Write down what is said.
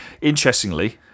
Interestingly